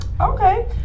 Okay